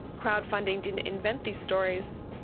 crowdfunding didn't invent these stories,